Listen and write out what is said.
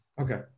Okay